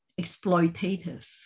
exploitative